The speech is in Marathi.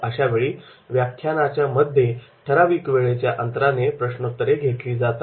अशावेळी व्याख्यानाच्यामध्ये ठराविक वेळेच्या अंतराने प्रश्नोत्तरे घेतली जातात